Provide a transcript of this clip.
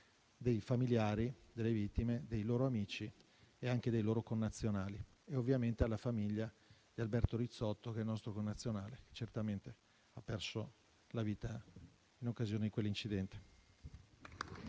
dei familiari delle vittime, dei loro amici e anche dei loro connazionali e che ovviamente siamo vicini alla famiglia di Alberto Rizzotto, il nostro connazionale che ha perso la vita in occasione dell'incidente.